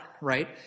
right